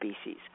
species